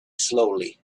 slowly